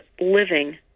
Living